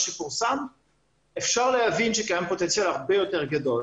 שפורסם אפשר להבין שקיים פוטנציאל הרבה יותר גדול